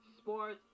sports